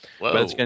Whoa